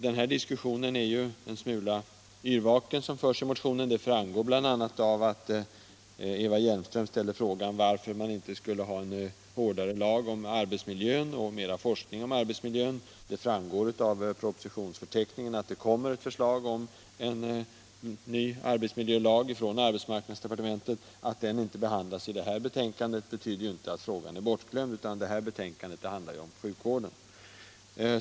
Det resonemang som förs i motionen är en smula yrvaket. Det märktes bl.a. på att Eva Hjelmström ställde frågan, varför man inte skulle ha en hårdare lag och mera forskning om arbetsmiljön. Av propositionsförteckningen framgår nämligen att det kommer ett förslag om ny arbetsmiljölag från arbetsmarknadsdepartementet. Att den frågan inte behandlas i det här betänkandet betyder inte att den är bortglömd — i dag handlar det ju om sjukvården.